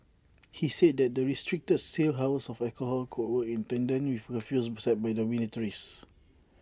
he said that the restricted sale hours of alcohol could work in tandem with curfews set by dormitories